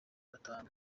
batanu